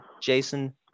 Jason